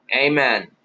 Amen